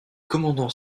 commandant